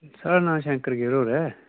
साढ़ा नांऽ शंकर देव होर ऐ